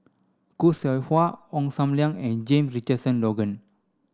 Khoo Seow Hwa Ong Sam Leong and James Richardson Logan